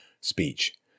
speech